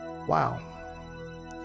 Wow